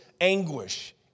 anguish